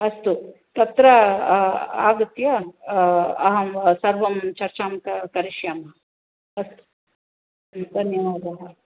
अस्तु तत्र आगत्य अहं सर्वां चर्चां क करिष्यामि अस्तु धन्यवादः